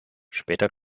später